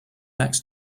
next